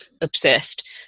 obsessed